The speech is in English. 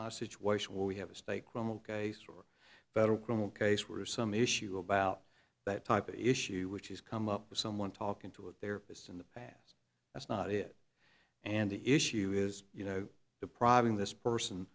situation's situation where we have a stake will case or federal criminal case were some issue about that type of issue which is come up with someone talking to a therapist in the past that's not it and the issue is you know depriving this person